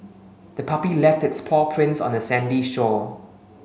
the puppy left its paw prints on the sandy shore